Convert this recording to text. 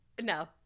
no